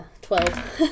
Twelve